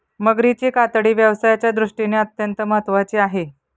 मगरीची कातडी व्यवसायाच्या दृष्टीने अत्यंत महत्त्वाची आहे